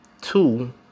two